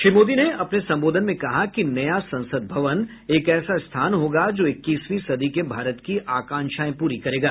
श्री मोदी ने अपने संबोधन में कहा कि नया संसद भवन एक ऐसा स्थान होगा जो इक्कीसवीं सदी के भारत की आकांक्षाएं पूरी करेगा